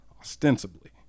ostensibly